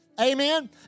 Amen